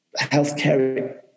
healthcare